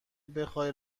بخای